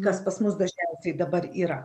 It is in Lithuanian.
kas pas mus dažniausiai dabar yra